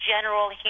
general